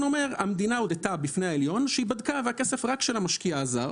המדינה הודתה בפני העליון שהיא בדקה והכסף רק של המשקיע הזר